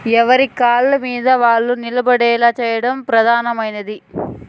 ఎవరి కాళ్ళమీద వాళ్ళు నిలబడేలా చేయడం ప్రధానమైనది